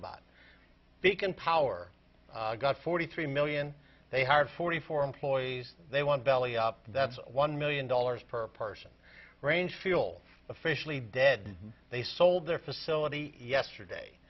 can power got forty three million they hired forty four employees they want belly up that's one million dollars per person range feel officially dead they sold their facility yesterday